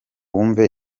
wumve